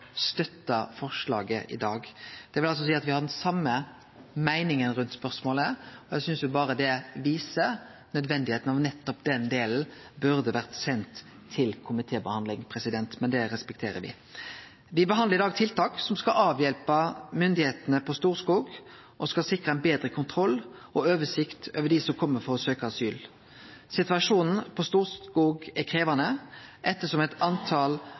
støtte forslaget i dag. Det vil altså seie at me har den same meininga rundt spørsmålet. Eg synest det viser nødvendigheita av at nettopp den delen av lovforslaget burde vore sendt til komitébehandling, men at det ikkje blir gjort, respekterer me. Me behandlar i dag tiltak som skal avhjelpe myndigheitene på Storskog og sikre betre kontroll og oversikt over dei som kjem for å søkje asyl. Situasjonen på Storskog er krevjande ettersom ein del av dei som kjem, ikkje har eit